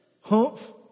Humph